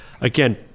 again